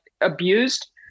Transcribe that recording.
abused